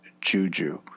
juju